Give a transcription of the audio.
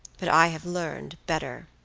but i have learned better.